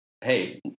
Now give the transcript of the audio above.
Hey